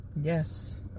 Yes